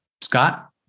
Scott